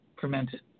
fermented